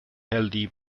healthy